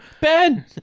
Ben